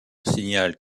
signale